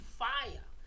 fire